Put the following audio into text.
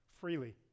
Freely